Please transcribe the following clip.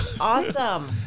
awesome